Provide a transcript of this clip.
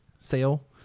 sale